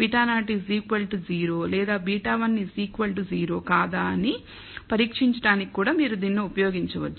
β0 0 లేదా తెలియని β1 0 కాదా అని పరీక్షించడానికి కూడా మీరు దీనిని ఉపయోగించవచ్చు